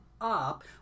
up